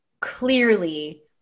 clearly